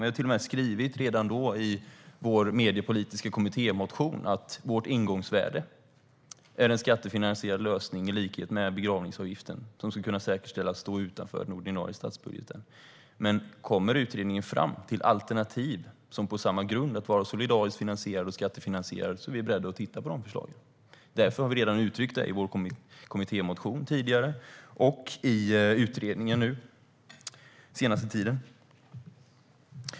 Vi har till och med redan i vår mediepolitiska kommittémotion skrivit att vårt ingångsvärde är en skattefinansierad lösning i likhet med begravningsavgiften som ska kunna stå utanför den ordinarie statsbudgeten. Men kommer utredningen fram till alternativ som står på samma grund och är solidariskt finansierade och skattefinansierade är vi beredda att titta på de förslagen. Därför har vi redan uttryckt det i vår kommittémotion tidigare och i utredningen nu den senaste tiden.